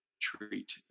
treat